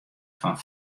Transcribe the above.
fan